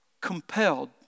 compelled